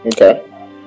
okay